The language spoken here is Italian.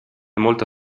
molto